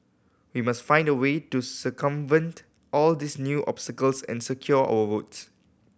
we must find the way to circumvent all these new obstacles and secure our votes